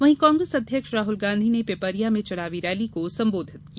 वहीं कांग्रेस अध्यक्ष राहुल गांधी ने पिपरिया में चुनावी रैली को संबोधित किया